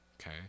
Okay